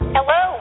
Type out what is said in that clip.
Hello